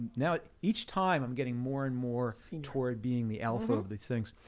now, each time i'm getting more and more toward being the alpha of these things.